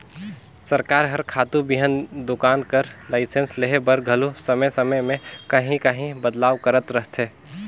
सरकार हर खातू बीहन दोकान कर लाइसेंस लेहे बर घलो समे समे में काहीं काहीं बदलाव करत रहथे